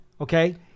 okay